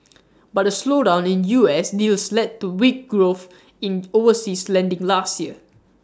but A slowdown in U S deals led to weak growth in overseas lending last year